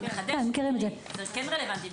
זה כן רלוונטי,